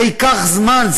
זה ייקח זמן,